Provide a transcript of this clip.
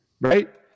right